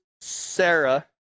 Sarah